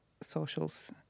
socials